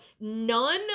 none